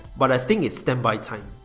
but i think its standby time.